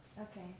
Okay